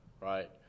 right